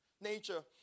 nature